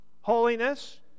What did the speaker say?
holiness